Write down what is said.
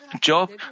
Job